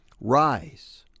Rise